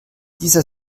dieser